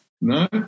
No